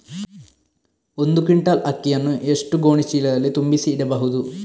ಒಂದು ಕ್ವಿಂಟಾಲ್ ಅಕ್ಕಿಯನ್ನು ಎಷ್ಟು ಗೋಣಿಚೀಲದಲ್ಲಿ ತುಂಬಿಸಿ ಇಡಬಹುದು?